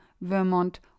Vermont